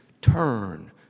turn